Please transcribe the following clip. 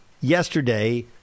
yesterday